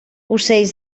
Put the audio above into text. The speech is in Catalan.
ocells